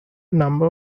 number